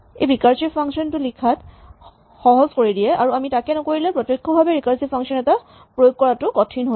ই recursive function লিখাটো সহজ কৰি দিয়ে আৰু আমি তাকে নকৰিলে প্ৰত্যক্ষভাৱে ৰিকাৰছিভ ফাংচন এটা প্ৰয়োগ কৰাটো কঠিন হয়